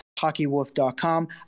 HockeyWolf.com